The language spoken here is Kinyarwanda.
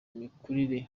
mikurire